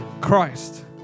Christ